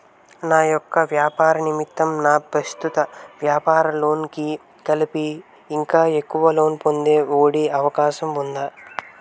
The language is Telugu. నా యెక్క వ్యాపార నిమిత్తం నా ప్రస్తుత వ్యాపార లోన్ కి కలిపి ఇంకా ఎక్కువ లోన్ పొందే ఒ.డి అవకాశం ఉందా?